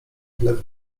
dla